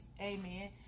Amen